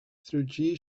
through